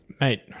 Mate